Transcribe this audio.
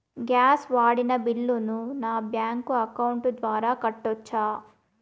Gas వాడిన బిల్లును నా బ్యాంకు అకౌంట్ ద్వారా కట్టొచ్చా?